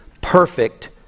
perfect